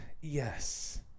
Yes